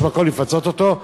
יש מקום לפצות אותו,